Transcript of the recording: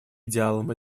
идеалам